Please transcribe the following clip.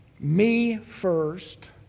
me-first